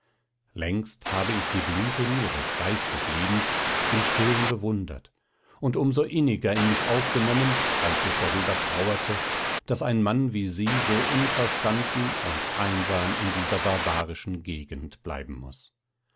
längst habe ich die blüten ihres geisteslebens im stillen bewundert und um so inniger in mich aufgenommen als ich darüber trauerte daß ein mann wie sie so unverstanden und einsam in dieser barbarischen gegend bleiben muß